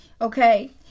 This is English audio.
okay